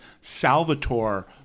Salvatore